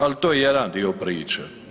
Ali to je jedan dio priče.